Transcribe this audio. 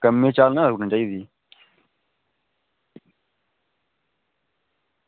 कम्में दी चाल नि ना रुकनी चाहिदी